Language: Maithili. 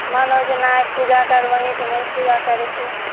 मानो जेना एक पूजा करबही तऽ वही पूजा कय दय छै